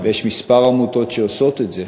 ויש כמה עמותות שעושות את זה,